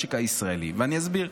למשק הישראלי, ואני אסביר.